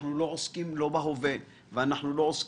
אנחנו לא עוסקים בהווה ובעתיד.